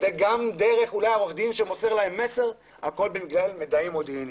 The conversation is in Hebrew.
ואולי גם דרך עורך הדין שמוסר להם מסר והכל בגלל שהם מידעים מודיעיניים.